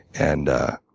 and